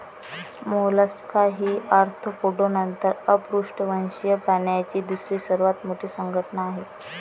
Mollusca ही Arthropoda नंतर अपृष्ठवंशीय प्राण्यांची दुसरी सर्वात मोठी संघटना आहे